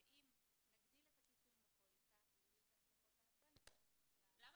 שאם נגדיל את הכיסויים בפוליסה יהיו לזה השלכות על הפרמיות -- חדוה,